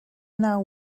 now